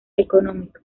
económico